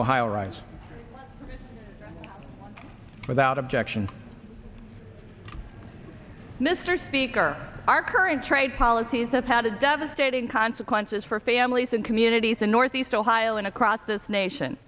ohio rise without objection mr speaker our current trade policies have had a devastating consequences for families and communities in northeast ohio and across this nation